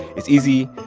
it's easy.